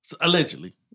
Allegedly